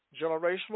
generational